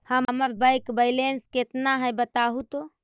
हमर bank balance केतना है बताहु तो?